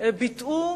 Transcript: ביטאו